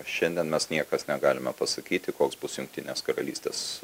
šiandien mes niekas negalime pasakyti koks bus jungtinės karalystės